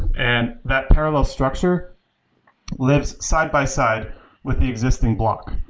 and that parallel structure lives side by side with the existing block.